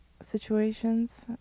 situations